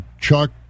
Chuck